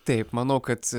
taip manau kad